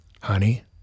Honey